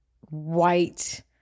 white